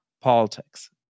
politics